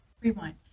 rewind